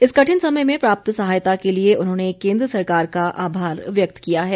इस कठिन समय में प्राप्त सहायता के लिए उन्होंने केंद्र सरकार का आभार व्यक्त किया है